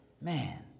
Man